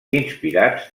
inspirats